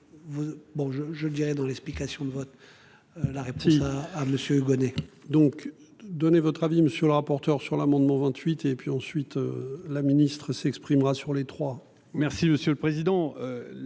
je dirais dans l'explication de vote. La réponse à à monsieur Gonnet. Donc, donnez votre avis monsieur le rapporteur, sur l'amendement 28 et puis ensuite. La ministre s'exprimera sur les trois. Merci monsieur le président